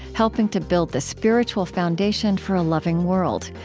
helping to build the spiritual foundation for a loving world.